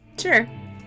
Sure